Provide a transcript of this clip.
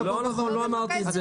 זה לא מה שאמרתי.